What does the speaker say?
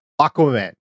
Aquaman